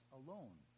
alone